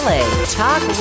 Talk